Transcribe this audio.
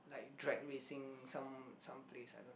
like drag racing some some place I don't